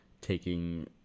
taking